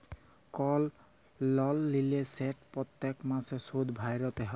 call লল লিলে সেট প্যত্তেক মাসে সুদ ভ্যইরতে হ্যয়